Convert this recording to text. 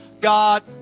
God